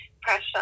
pressure